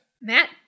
Matt